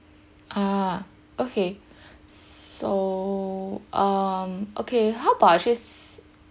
uh okay so um okay how about actually